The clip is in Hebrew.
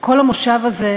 כל המושב הזה,